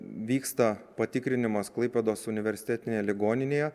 vyksta patikrinimas klaipėdos universitetinėje ligoninėje